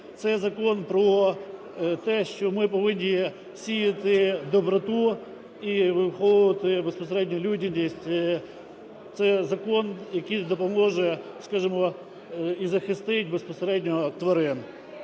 це закон про те, що ми повинні сіяти доброту і виховувати безпосередньо людяність. Це закон, який допоможе, скажемо, і захистить безпосередньо тварин.